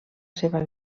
seva